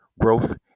growth